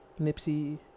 Nipsey